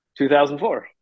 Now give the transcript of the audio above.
2004